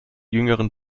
jüngeren